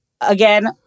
again